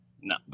No